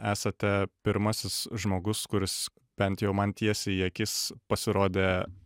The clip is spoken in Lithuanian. esate pirmasis žmogus kuris bent jau man tiesiai į akis pasirodė